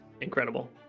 incredible